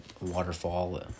Waterfall